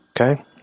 Okay